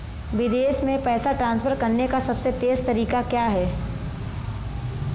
विदेश में पैसा ट्रांसफर करने का सबसे तेज़ तरीका क्या है?